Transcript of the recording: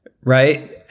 right